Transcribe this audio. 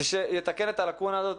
ושיתקן את הלקונה הזאת,